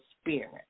Spirit